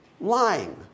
Lying